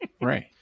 Right